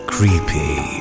Creepy